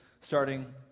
starting